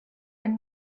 and